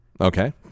okay